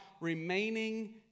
remaining